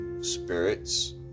spirits